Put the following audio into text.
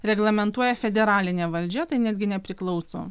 reglamentuoja federalinė valdžia tai netgi nepriklauso